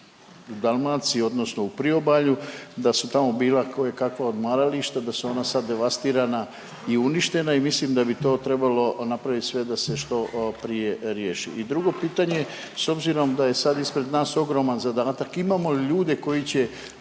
u Dalmaciji odnosno u Priobalju da su tamo bila kojekakva odmarališta, da su ona sad devastirana i uništena i mislim da bi to trebalo napravit sve da se što prije riješi. I drugo pitanje, s obzirom da je ispred nas ogroman zadata, imamo li ljude koji će